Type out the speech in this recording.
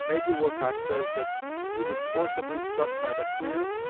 major wilcox says that he was forcibly struck by the clear,